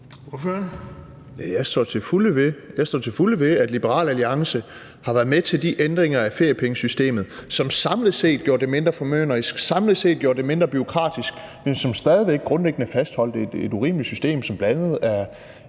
ved – til fulde ved – at Liberal Alliance har været med til de ændringer af feriepengesystemet, som samlet set gjorde det mindre formynderisk, samlet set gjorde det mindre bureaukratisk, men som stadig væk grundlæggende fastholdt et urimeligt system, som bl.a. er